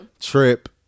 Trip